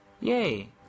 Yay